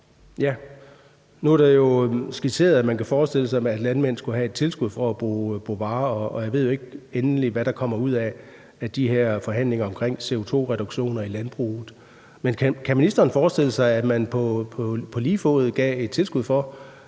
kan forestille sig, at landmændene skulle have et tilskud for at bruge Bovaer. Jeg ved jo ikke endeligt, hvad der kommer ud af de her forhandlinger omkring CO2-reduktioner i landbruget. Men kan ministeren forestille sig, at man på lige fod gav et tilskud til